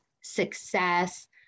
success